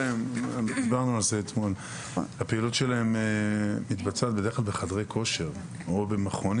דיברנו על זה אתמול: הפעילות שלהם מתבצעת בדרך כלל בחדרי כושר או במכונים